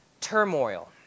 turmoil